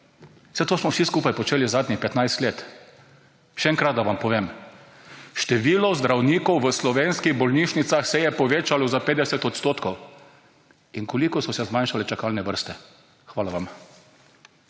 saj to smo vsi skupaj počeli zadnjih 15 let. Še enkrat, da vam povem število zdravnikov v slovenskih bolnišnicah se je povečalo za 50 odstotkov in koliko so se zmanjšale čakalne vrste. Hvala vam.